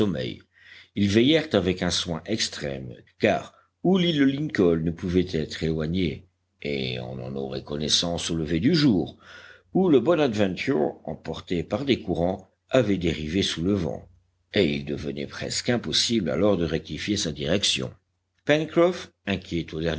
ils veillèrent avec un soin extrême car ou l'île lincoln ne pouvait être éloignée et on en aurait connaissance au lever du jour ou le bonadventure emporté par des courants avait dérivé sous le vent et il devenait presque impossible alors de rectifier sa direction pencroff inquiet